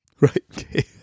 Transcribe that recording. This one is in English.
Right